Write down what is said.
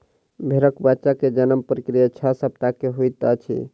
भेड़क बच्चा के जन्म प्रक्रिया छह सप्ताह के होइत अछि